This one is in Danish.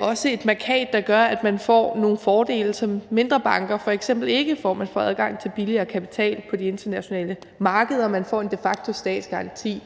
også et mærkat, der gør, at man får nogle fordele, som mindre banker f.eks. ikke får – man får adgang til billigere kapital på de internationale markeder, og man får en de facto statsgaranti